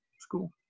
school